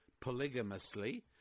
polygamously